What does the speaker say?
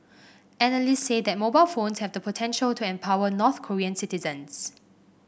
analysts say that mobile phones have the potential to empower North Korean citizens